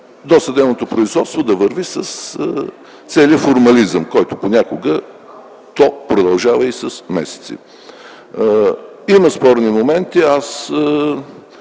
досъдебното производство да върви с целия формализъм, който понякога продължава с месеци. Има спорни моменти.